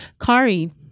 kari